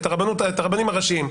את הרבנים הראשיים,